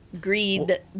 greed